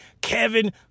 Kevin